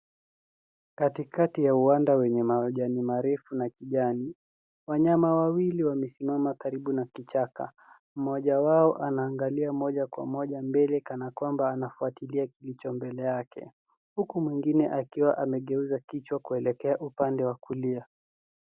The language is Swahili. Katikati ya uwanda wenye majani marefu na kijani, wanyama wawili wamesimama karibu na kichaka. Mmoja wao anaangalia mbele moja kwa moja kana kwamba anafuatilia kilicho mbele yake, huku mwengine akiwa amegeuza kichwa kuelekea upande wa kulia.